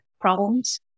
problems